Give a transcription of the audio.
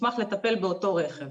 מוסמך לטפל באותו רכב.